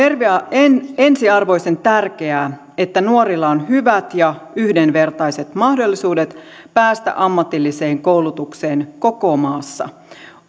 ensiarvoisen tärkeää että nuorilla on hyvät ja yhdenvertaiset mahdollisuudet päästä ammatilliseen koulutukseen koko maassa